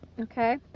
Okay